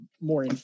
more